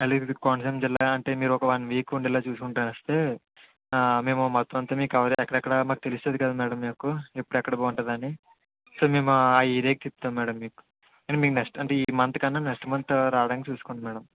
లేదు కోనసీమ జిల్లా అంటే మీరు ఒక వన్ వీక్ ఉండేలా చూసుకుంటా వస్తే మేము మొత్తం అంతా మీకు ఎక్కడెక్కడ మాకు తెలుస్తది కదా మ్యాడమ్ మాకు ఎప్పుడు ఎక్కడ బాగుంటదని సో మేము ఆ ఏరియాకి తిప్పుతాం మ్యాడమ్ మీకు అంటే మీరు ఈ మంత్ కన్నా నెక్స్ట్ మంత్ లో రావడానికి చూసుకోండి మ్యాడమ్